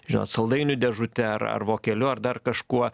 žinot saldainių dėžute ar ar vokeliu ar dar kažkuo